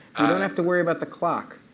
don't have to worry about the clock.